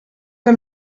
que